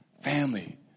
family